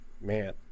man